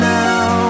now